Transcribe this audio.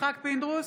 יצחק פינדרוס,